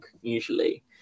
usually